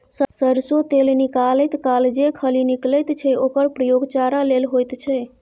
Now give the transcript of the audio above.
सरिसों तेल निकालैत काल जे खली निकलैत छै ओकर प्रयोग चारा लेल होइत छै